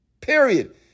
Period